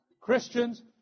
Christians